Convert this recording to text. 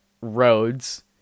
roads